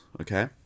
okay